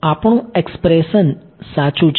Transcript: હવે આપણું એક્સપ્રેશન સાચું છે